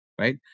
right